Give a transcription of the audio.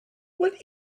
what